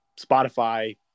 Spotify